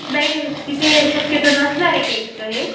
नाही तिथे शक्यतो नसणार आहे केकचं हे